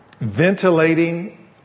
ventilating